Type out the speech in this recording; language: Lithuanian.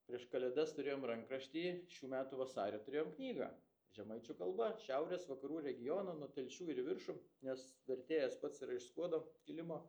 prieš kalėdas turėjom rankraštį šių metų vasarį turėjom knygą žemaičių kalba šiaurės vakarų regiono nuo telšių ir į viršų nes vertėjas pats yra iš skuodo kilimo